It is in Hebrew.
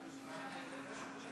אני כן אשתדל להיצמד לטקסט.